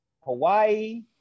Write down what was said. Hawaii